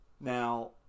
Now